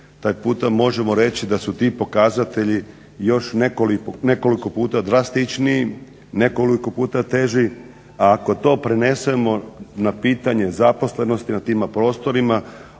taj puta možemo reći da su ti pokazatelji još nekoliko puta drastičniji, nekoliko puta teži. A ako to prenesemo na pitanje zaposlenosti na tima prostorima